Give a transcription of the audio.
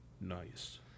Nice